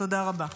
תודה רבה.